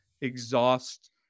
exhaust